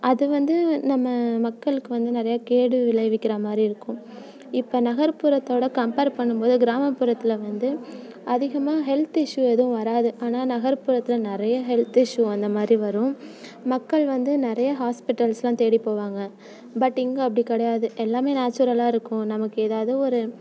அது வந்து நம்ம மக்களுக்கு வந்து நிறைய கேடு விளைவிக்கிறமாதிரி இருக்கும் இப்போ நகர்புறத்தோடு கம்பேர் பண்ணும்போது கிராமப்புறத்தில் வந்து அதிகமாக ஹெல்த் இஷ்யூ எதுவும் வராது ஆனால் நகர்புறத்தில் நிறைய ஹெல்த் இஷ்யூ அந்தமாதிரி வரும் மக்கள் வந்து நிறைய ஹாஸ்பிடல்ஸ்லாம் தேடிப் போவாங்க பட் இங்கே அப்படி கிடையாது எல்லாமே நேச்சுரலாக இருக்கும் நமக்கு ஏதாவது ஒரு